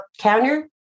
counter